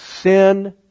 sin